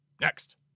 Next